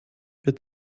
wird